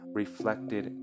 reflected